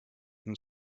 and